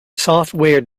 software